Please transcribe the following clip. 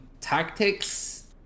tactics